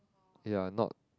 ya not